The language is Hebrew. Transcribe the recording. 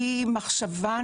היא מחשבה,